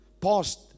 past